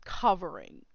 covering